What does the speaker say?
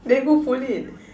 then who pull it